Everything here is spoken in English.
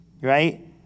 right